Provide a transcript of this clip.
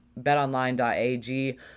betonline.ag